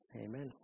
amen